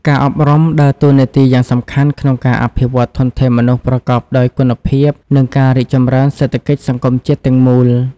ការអប់រំដើរតួនាទីយ៉ាងសំខាន់ក្នុងការអភិវឌ្ឍធនធានមនុស្សប្រកបដោយគុណភាព និងការរីកចម្រើនសេដ្ឋកិច្ចសង្គមជាតិទាំងមូល។